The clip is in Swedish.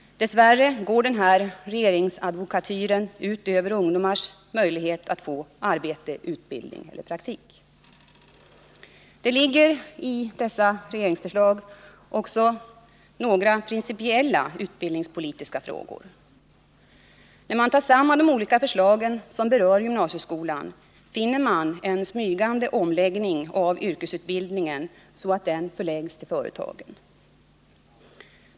Dess värre går denna regeringsadvokatyr ut över ungdomars möjligheter att få arbete, utbildning eller praktik. Det ligger i dessa regeringsförslag också några principiella utbildningspolitiska frågor. När man tar samman de olika förslagen som berör gymnasieskolan finner man en smygande omläggning av yrkesutbildningen så att den förläggs till företagen.